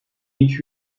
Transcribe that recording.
iki